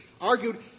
argued